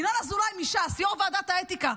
ינון אזולאי מש"ס, יו"ר ועדת האתיקה,